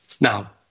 now